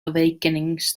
awakenings